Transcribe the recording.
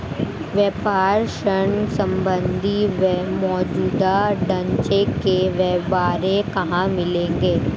व्यापार ऋण संबंधी मौजूदा ढांचे के ब्यौरे कहाँ मिलेंगे?